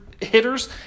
hitters